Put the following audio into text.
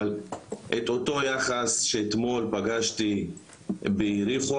אבל את אותו היחס שאתמול פגשתי ביריחו,